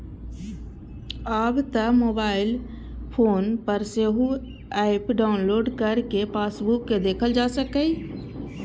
आब तं mobile phone पर सेहो एप डाउलोड कैर कें पासबुक कें देखल जा सकैए